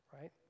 right